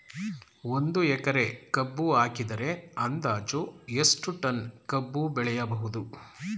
ಒಂದು ಎಕರೆ ಕಬ್ಬು ಹಾಕಿದರೆ ಅಂದಾಜು ಎಷ್ಟು ಟನ್ ಕಬ್ಬು ಬೆಳೆಯಬಹುದು?